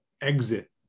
exit